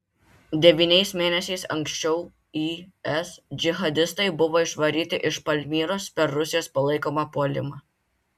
devyniais mėnesiais anksčiau is džihadistai buvo išvaryti iš palmyros per rusijos palaikomą puolimą